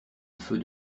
feu